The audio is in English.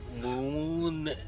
Moon